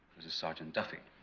this is sergeant duffy